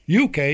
UK